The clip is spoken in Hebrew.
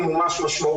באו